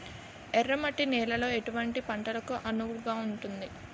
ఎర్ర మట్టి నేలలో ఎటువంటి పంటలకు అనువుగా ఉంటుంది?